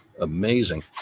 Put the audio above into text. amazing